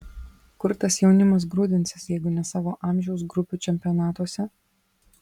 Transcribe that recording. kur tas jaunimas grūdinsis jeigu ne savo amžiaus grupių čempionatuose